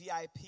VIP